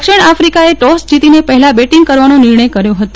દક્ષીણ આફ્રિકાએ ટોસ જીતીને પહેલા બેટિંગ કરવાનો નિર્ણય કર્યો હતો